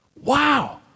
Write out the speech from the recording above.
wow